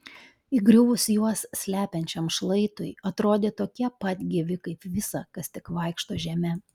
įgriuvus juos slepiančiam šlaitui atrodė tokie pat gyvi kaip visa kas tik vaikšto žeme